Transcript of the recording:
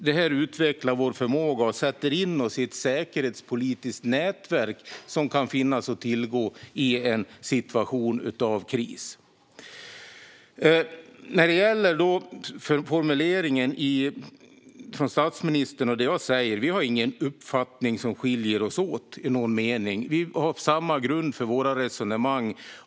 Detta utvecklar vår förmåga och sätter in oss i ett säkerhetspolitiskt nätverk som kan finnas att tillgå i en krissituation. När det gäller statsministerns formulering och det som jag säger finns det ingen uppfattning som skiljer oss åt i någon mening. Vi har samma grund för våra resonemang.